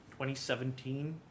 2017